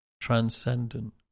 transcendent